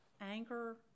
anger